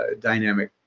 dynamic